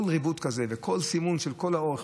כל ריבוד כזה וכל סימון של כל האורך